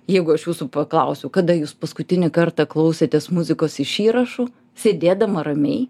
jeigu aš jūsų paklausiu kada jūs paskutinį kartą klausėtės muzikos iš įrašų sėdėdama ramiai